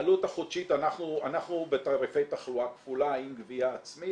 - אנחנו בתעריפי תחלואה כפולה עם גבייה עצמית,